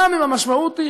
גם אם המשמעות היא